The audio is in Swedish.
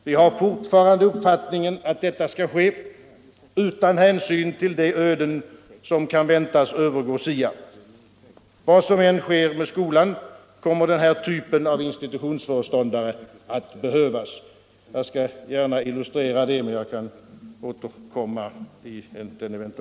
Vi har fortfarande den uppfattningen att detta skall ske utan hänsyn till de öden som kan väntas övergå SIA. Vad som än sker med skolan kommer denna typ av institutionsföreståndare att behövas. Jag skall gärna illustrera detta i den fortsatta debatten.